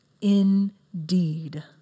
indeed